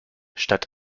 statt